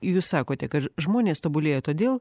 jūs sakote kad žmonės tobulėja todėl